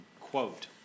quote